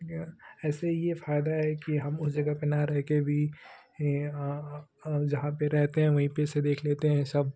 या ऐसे ये फ़ायदा है कि हम उस जगह पर न रहे के भी जहाँ पर रहते हैं वहीं पर से देख लेते हैं सब